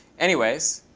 anyways,